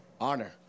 Honor